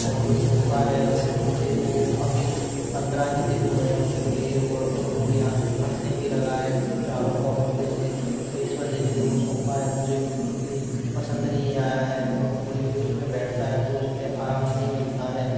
और जो सोफा है वो नीचे वो अभी पन्द्रह ही दिन हुए हैं उसके लिए हुए और वो यहाँ से फटने भी लगा है चारों कोनों पे से तो इस वजह से वो सोफा है मुझे बिल्कुल भी पसंद नहीं आया है और कोई भी उस पे बैठता है तो उसपे आराम नहीं मिलता है